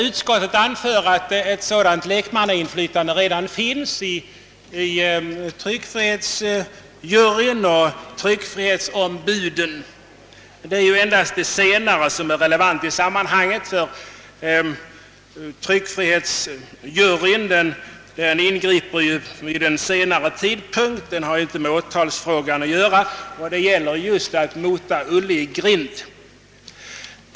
Utskottet framhåller att ett lekmannainflytande redan finns genom tryckfrihetsjuryn och tryckfrihetsombuden, men det är endast de sistnämnda som kan vara relevanta i sammanhanget. Tryckfrihetsjuryn ingriper ju vid en senare tidpunkt; den har inte med åtalsfrågan att göra. Och vad det här gäller är just att mota Olle i grind.